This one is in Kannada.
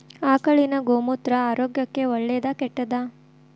ಆಕಳಿನ ಗೋಮೂತ್ರ ಆರೋಗ್ಯಕ್ಕ ಒಳ್ಳೆದಾ ಕೆಟ್ಟದಾ?